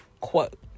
quote